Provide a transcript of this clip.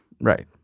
Right